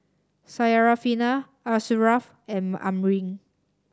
Syarafina Asharaff and Amrin